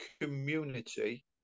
community